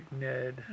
Ned